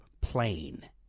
plain